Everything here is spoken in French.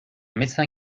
médecin